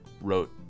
wrote